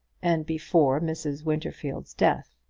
and before mrs. winterfield's death.